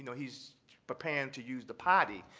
and he's preparing to use the potty,